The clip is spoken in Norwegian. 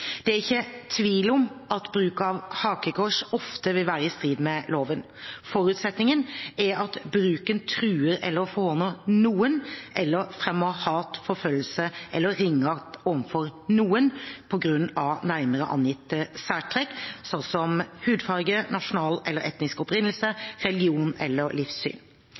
Det er ikke tvil om at bruk av hakekors ofte vil være i strid med loven. Forutsetningen er at bruken truer eller forhåner noen eller fremmer hat, forfølgelse eller ringeakt overfor noen på grunn av nærmere angitte særtrekk, slik som hudfarge, nasjonal eller etnisk opprinnelse, religion eller livssyn.